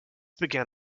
began